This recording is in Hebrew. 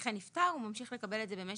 הנכה נפטר, הוא ממשיך לקבל את זה במשך